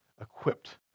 equipped